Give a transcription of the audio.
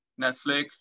Netflix